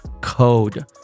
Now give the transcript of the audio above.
code